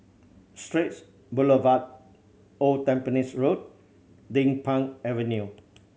Straits Boulevard Old Tampines Road Din Pang Avenue